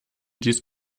dies